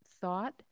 thought